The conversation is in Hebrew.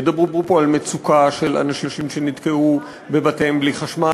ידברו פה על מצוקה של אנשים שנתקעו בבתיהם בלי חשמל,